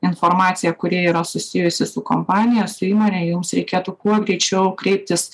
informaciją kuri yra susijusi su kompanija su įmone jums reikėtų kuo greičiau kreiptis